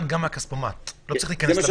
גם מהכספומט, לא צריך להיכנס לבנק.